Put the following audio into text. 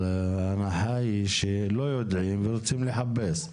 אבל ההנחה היא שלא יודעים ורוצים לחפש.